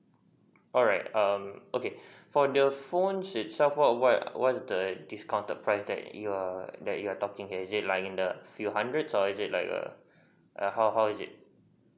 alright um okay for the phone itself what what what's the discounted price that you're that you're talking is it like a few hundred or is it like a err how how is it